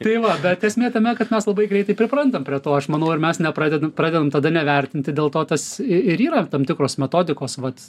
tai va bet esmė tame kad mes labai greitai priprantam prie to aš manau ir mes nepradedam pradedam tada ne vertinti dėl to tas ir yra tam tikros metodikos vat